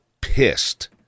pissed